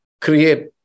create